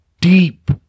deep